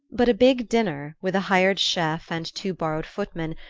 but a big dinner, with a hired chef and two borrowed footmen,